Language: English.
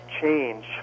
change